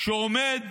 שעומד